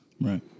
Right